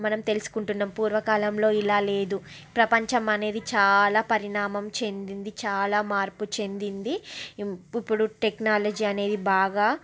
మనం తెలుసుకుంటున్నాం పూర్వకాలంలో ఇలా లేదు ప్రపంచం అనేది చాలా పరిణామం చెందింది చాలా మార్పు చెందింది ఇప్పుడు టెక్నాలజీ అనేది బాగా